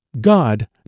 God